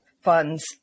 funds